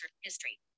History